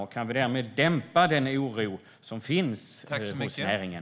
Därmed kan vi framöver dämpa den oro som finns hos näringen.